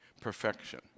perfection